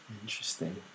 interesting